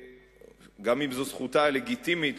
גם אם זו זכותה הלגיטימית,